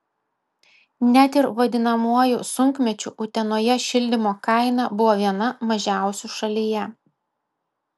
net ir vadinamuoju sunkmečiu utenoje šildymo kaina buvo viena mažiausių šalyje